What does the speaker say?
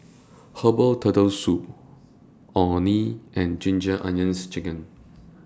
Herbal Turtle Soup Orh Nee and Ginger Onions Chicken